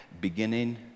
Beginning